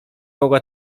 mogła